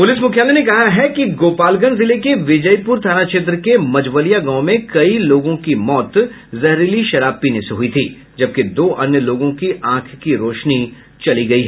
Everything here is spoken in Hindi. पुलिस मुख्यालय ने कहा है कि गोपालगंज जिले के विजयीपुर थाना क्षेत्र के मझवलिया गांव में कई लोगों की मौत जहरीली शराब पीने से हुई थी जबकि दो अन्य लोगों की आंख की रोशनी चली गयी